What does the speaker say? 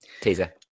Teaser